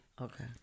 Okay